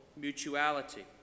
mutuality